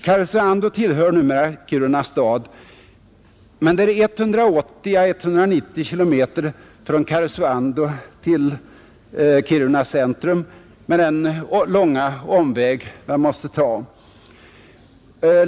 Karesuando tillhör numera Kiruna kommun, men det är 180 å 190 km från Karesuando till Kiruna centrum med den långa omväg man måste ta.